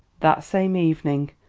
that same evening,